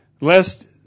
lest